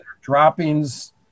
droppings